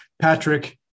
Patrick